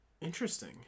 Interesting